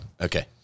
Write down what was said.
Okay